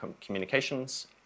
communications